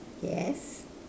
yes